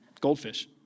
goldfish